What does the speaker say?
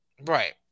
Right